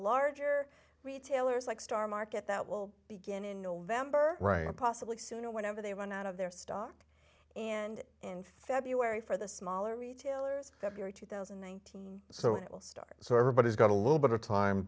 larger retailers like star market that will begin in november right possibly soon or whenever they run out of their stock and in february for the smaller retailers that euro two thousand and nineteen so it will start so everybody's got a little bit of time